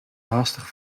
haastig